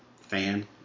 fan